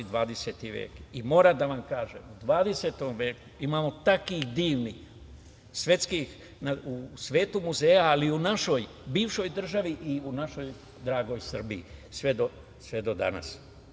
Moram da vam kažem, u 20. veku imamo tako divnih, u svetu muzeja, ali i u našoj bivšoj državi i u našoj dragoj Srbiji, sve do danas.